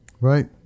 Right